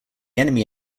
enemy